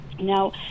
Now